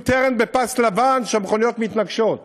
U-turn בפס לבן והמכוניות מתנגשות.